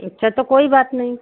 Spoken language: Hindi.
अच्छा तो कोई बात नहीं